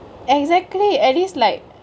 exactly at least like